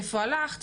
איפה הלכת?